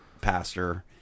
pastor